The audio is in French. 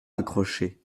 accrochée